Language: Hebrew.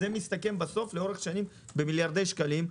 זה מסתכם לאורך שנים במיליארדי שקלים,